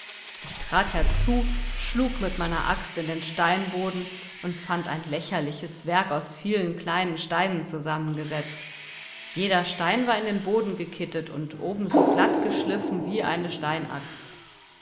ich trat herzu schlug mit meiner axt in den steinboden und fand ein lächerliches werk aus vielen kleinen steinen zusammengesetzt jeder stein war in den boden gekittet und oben so glatt geschliffen wie eine steinaxt